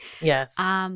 Yes